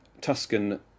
Tuscan